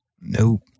Nope